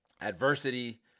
adversity